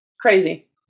crazy